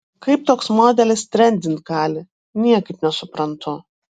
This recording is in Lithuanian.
kaip toks modelis trendint gali niekaip nesuprantu